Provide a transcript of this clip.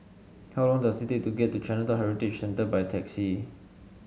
how long does it take to get to Chinatown Heritage Centre by taxi